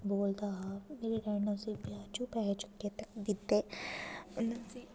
बोलदा हा ते इस करी मेरे डैडी नै उसी पैसे चुक्कियै दित्ते